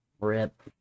Rip